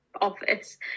office